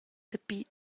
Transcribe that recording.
dapi